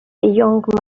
young